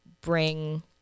bring